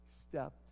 stepped